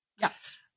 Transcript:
Yes